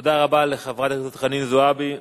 תודה רבה לחברת הכנסת חנין זועבי.